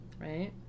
right